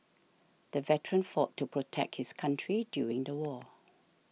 the veteran fought to protect his country during the war